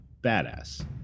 badass